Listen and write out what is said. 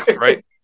right